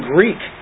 Greek